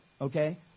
Okay